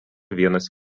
vienas